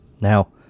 Now